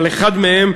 אבל אחד מהם,